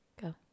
go